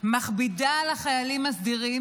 מכבידה על החיילים הסדירים,